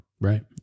Right